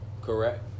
Correct